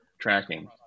tracking